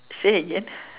say again